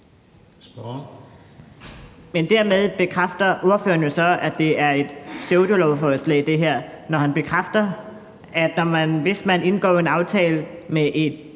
Men dermed bekræfter ordføreren jo så, at det her er et pseudolovforslag, når han bekræfter, at man, hvis man indgår en aftale med et